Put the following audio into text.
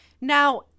Now